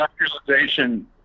industrialization